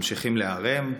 ממשיכים להיערם,